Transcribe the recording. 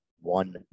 one